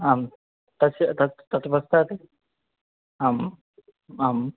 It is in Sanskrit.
आं तस्य तत् तत् पश्चात् आम् आं